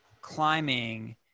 climbing